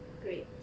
great